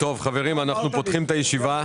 אנחנו מחדשים את הישיבה.